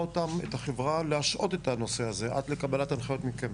את החברה להשהות את הנושא הזה עד לקבלת הנחיות מכם.